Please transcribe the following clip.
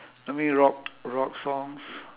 I mean rock rock songs